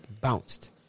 bounced